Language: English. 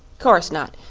course not.